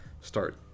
start